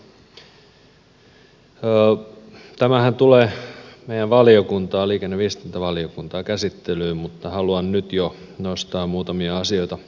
tämähän tulee meidän valiokuntaan liikenne ja viestintävaliokuntaan käsittelyyn mutta haluan nyt jo nostaa muutamia asioita esille